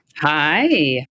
Hi